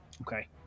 Okay